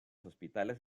hospitales